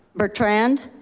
bertrand.